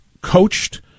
coached